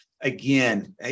again